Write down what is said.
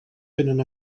tenen